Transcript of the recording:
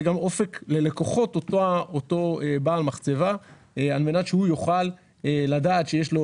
זה גם אופק ללקוחות אותו בעל מחצבה כדי שהוא יוכל לדעת שיש לו